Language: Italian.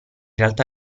realtà